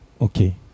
Okay